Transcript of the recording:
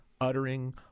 uttering